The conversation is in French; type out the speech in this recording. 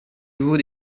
vaut